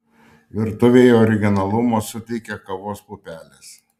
virtuvei originalumo suteikia kavos pupelės